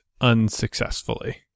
unsuccessfully